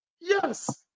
yes